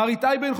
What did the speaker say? מר איתי בן-חורין,